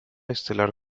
estelar